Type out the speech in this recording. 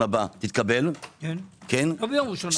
הבא תתקבל- -- לא ביום ראשון הבא.